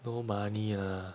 no money ah